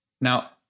Now